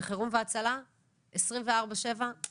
את המקצוע שלנו שפרמדיק שייטול דם בבית המטופל